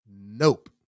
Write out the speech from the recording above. nope